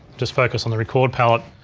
just focus on the record palette.